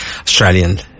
Australian